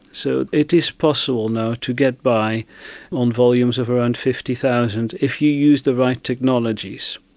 so it is possible now to get by on volumes of around fifty thousand if you use the right technologies.